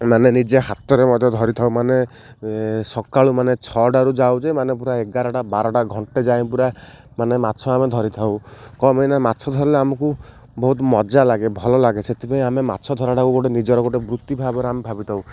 ମାନେ ନିଜେ ହାତରେ ମଧ୍ୟ ଧରିଥାଉ ମାନେ ସକାଳୁ ମାନେ ଛଅଟାରୁ ଯାଉ ଯେ ମାନେ ପୁରା ଏଗାରଟା ବାରଟା ଘଣ୍ଟେ ଯାଏ ପୁରା ମାନେ ମାଛ ଆମେ ଧରିଥାଉ କ'ଣ ପାଇଁନା ମାଛ ଧରିଲ ଆମକୁ ବହୁତ ମଜା ଲାଗେ ଭଲ ଲାଗେ ସେଥିପାଇଁ ଆମେ ମାଛ ଧରାଟାକୁ ଗୋଟେ ନିଜର ଗୋଟେ ବୃତ୍ତି ଭାବରେ ଆମେ ଭାବିଥାଉ